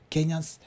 Kenyans